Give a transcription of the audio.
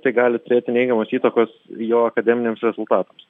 tai gali turėti neigiamos įtakos jo akademiniams rezultatams